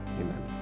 Amen